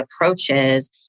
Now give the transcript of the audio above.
approaches